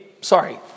Sorry